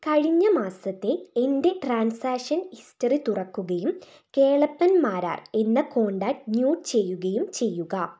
കഴിഞ്ഞ മാസത്തെ എൻ്റെ ട്രാൻസാഷൻ ഹിസ്റ്ററി തുറക്കുകയും കേളപ്പൻ മാരാർ എന്ന കോൺടാക്റ്റ് മ്യൂട്ട് ചെയ്യുകയും ചെയ്യുക